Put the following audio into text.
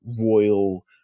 royal